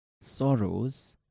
sorrows